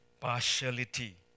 Partiality